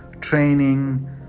training